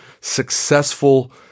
successful